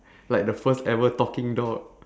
like the first ever talking dog